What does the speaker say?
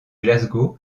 glasgow